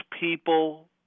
people